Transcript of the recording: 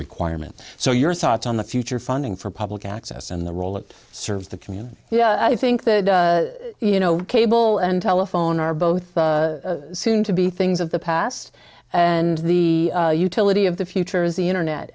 requirement so your thoughts on the future funding for public access and the role it serves the community yeah i think that you know cable and telephone are both the soon to be things of the past and the utility of the future is the internet